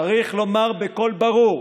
צריך לומר בקול ברור: